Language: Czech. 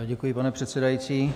Děkuji, pane předsedající.